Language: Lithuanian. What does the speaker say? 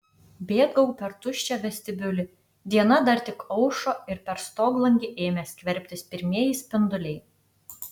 bėgau per tuščią vestibiulį diena dar tik aušo ir per stoglangį ėmė skverbtis pirmieji spinduliai